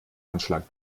anschlag